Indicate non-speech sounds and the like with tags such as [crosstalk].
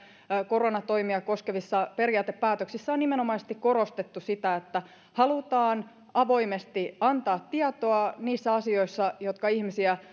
koronatoimia koskevissa periaatepäätöksissä on nimenomaisesti korostettu sitä että halutaan avoimesti antaa tietoa niissä asioissa jotka ihmisiä [unintelligible]